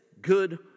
good